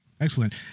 Excellent